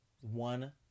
one